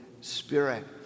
Spirit